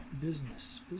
business